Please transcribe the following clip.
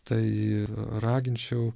tai raginčiau